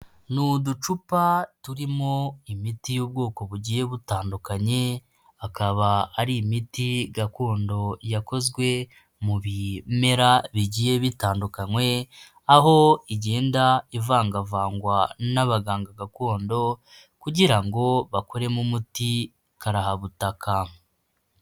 Ni uducupa turimo imiti y'ubwoko bugiye butandukanye, akaba ari imiti gakondo yakozwe mu bimera bigiye bitandukanye, aho igenda ivangavangwa n'abaganga gakondo kugira ngo bakoremo umuti karahabutaka.